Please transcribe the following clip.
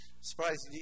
Surprise